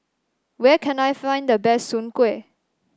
where can I find the best Soon Kway